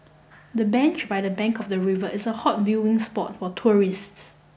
the bench by the bank of the river is a hot viewing spot for tourists